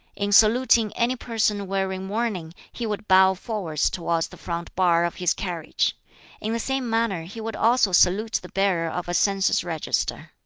in saluting any person wearing mourning he would bow forwards towards the front bar of his carriage in the same manner he would also salute the bearer of a census-register.